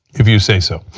if you say so.